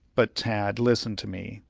but, tad, listen to me.